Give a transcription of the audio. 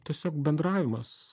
tiesiog bendravimas